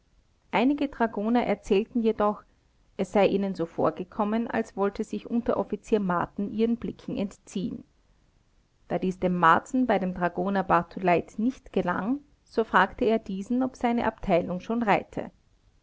einige dragoner erzählten jedoch es sei ihnen so vorgekommen als wollte sich unteroffizier marten ihren blicken entziehen da dies dem marten bei dem dragoner bartuleit nicht gelang so fragte er diesen ob seine abteilung schon reite